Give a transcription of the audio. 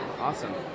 Awesome